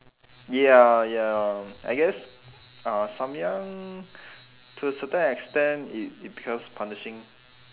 ya ya I guess uh samyang to a certain extent it it becomes punishing